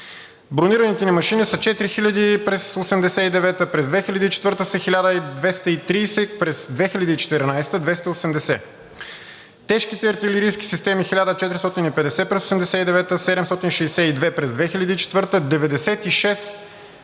Бронираните ни машини са 4000 през 1989 г., през 2004 г. са 1230, през 2014 г. – 280. Тежките артилерийски системи – 1450 през 1989 г., 762 през 2004 г.,